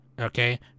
Okay